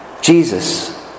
Jesus